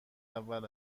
اول